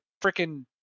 freaking